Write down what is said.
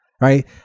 right